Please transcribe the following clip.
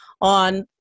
on